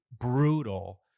brutal